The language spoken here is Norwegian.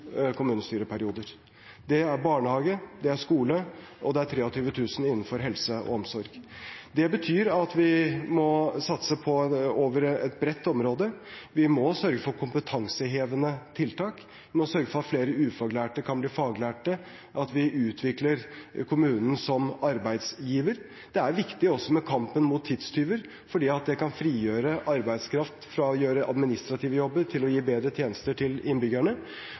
kommunestyreperioder. Det er i barnehage, det er i skole, og det er 28 000 innenfor helse og omsorg. Det betyr at vi må satse over et bredt område. Vi må sørge for kompetansehevende tiltak, vi må sørge for at flere ufaglærte kan bli faglærte, og at vi utvikler kommunen som arbeidsgiver. Det er viktig også med kampen mot tidstyver, for det kan frigjøre arbeidskraft fra å gjøre administrative jobber til å gi bedre tjenester til innbyggerne.